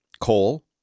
coal